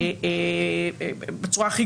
במפורש,